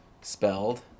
Spelled